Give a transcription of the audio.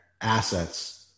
assets